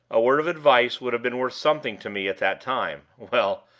a word of advice would have been worth something to me at that time. well!